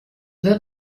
wird